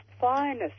finest